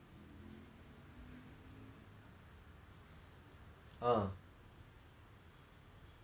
!wah! I wish I had this kind of neighbourhood I mean okay me and my neighbours we are very close like only one of my neighbour